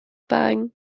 bang